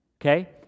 okay